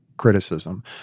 criticism